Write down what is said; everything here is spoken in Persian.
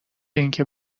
اینکه